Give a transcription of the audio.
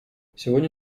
сегодня